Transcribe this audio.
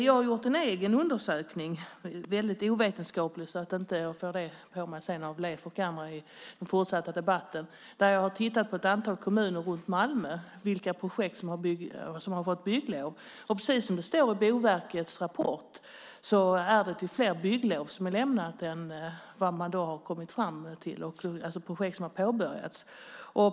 Jag har gjort en egen undersökning, väldigt ovetenskaplig, där jag har tittat i ett antal kommuner runt Malmö på vilka projekt som fått bygglov. Precis som det står i Boverkets rapport är det fler bygglov man har lämnat än vad det är projekt som har påbörjats.